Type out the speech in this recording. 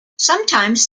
sometimes